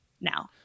now